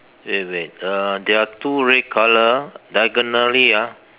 wait wait uh there are two red colour diagonally ah